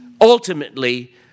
ultimately